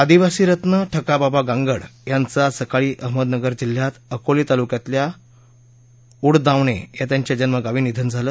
आदिवासीरत्न ठकाबाबा गांगड यांचं आज सकाळी अहमदनगर जिल्ह्यात अकोले तालुक्यातल्या उडदावणे या त्यांच्या जन्मगावी निधन झालं